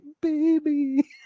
Baby